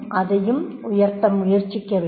அதை உயர்த்தவும் முயற்சிக்க வேண்டும்